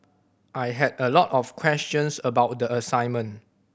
I had a lot of questions about the assignment